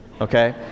okay